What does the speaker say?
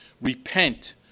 Repent